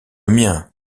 mien